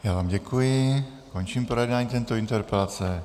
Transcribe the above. Já vám děkuji, končím projednávání této interpelace.